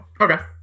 Okay